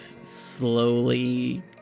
slowly